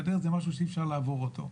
גדר זה משהו שאי-אפשר לעבור אותו.